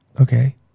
Okay